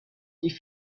die